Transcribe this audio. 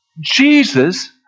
Jesus